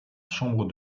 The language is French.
chambre